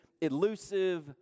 elusive